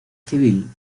civil